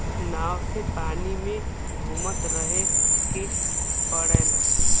नाव से पानी में घुमत रहे के पड़ला